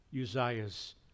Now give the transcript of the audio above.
Uzziah's